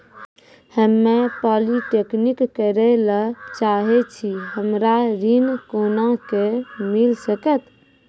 हम्मे पॉलीटेक्निक करे ला चाहे छी हमरा ऋण कोना के मिल सकत?